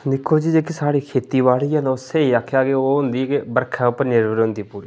दिक्खो जी जेह्की साढ़ी खेतीबाड़ी स्हेई आखेआ कि ओह् होंदी बर्खा पर निर्भर होंदी पूरी